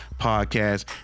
podcast